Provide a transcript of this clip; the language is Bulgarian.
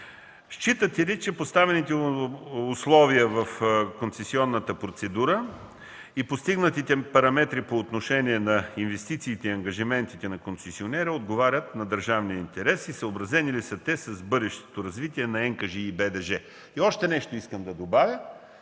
считате ли, че поставените условия в концесионната процедура и постигнатите параметри по отношение на инвестициите и ангажиментите на концесионера отговарят на държавния интерес и съобразени ли са те с бъдещото развитие на НКЖИ и БДЖ? Искам да добавя,